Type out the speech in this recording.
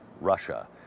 Russia